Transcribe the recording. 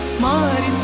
my